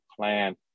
plan